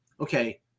Okay